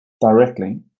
directly